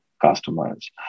customers